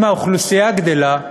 אם האוכלוסייה גדלה,